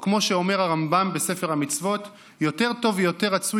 או כמו שאמר רמב"ם בספר המצוות: "יותר טוב ויותר רצוי